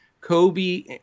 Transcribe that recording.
Kobe